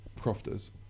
Crofters